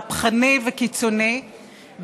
מהפכני וקיצוני,